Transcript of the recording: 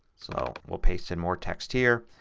so we'll paste in more text here.